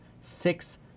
six